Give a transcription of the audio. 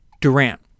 Durant